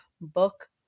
book